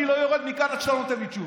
אני לא יורד מכאן עד שאתה נותן לי תשובה.